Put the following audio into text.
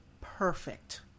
perfect